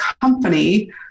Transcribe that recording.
company